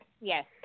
Yes